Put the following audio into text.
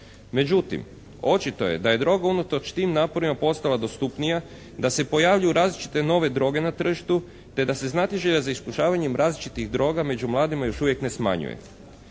Međutim, očito je da je droga unatoč tim naporima postala dostupnija, da se pojavljuju različite nove droge na tržištu te da se znatiželja za iskušavanjem različitih droga među mladima još uvijek ne smanjuje.